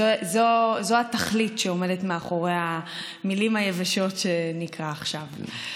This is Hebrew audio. זו התכלית שעומדת מאחורי המילים היבשות שאקרא עכשיו.